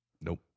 Nope